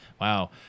Wow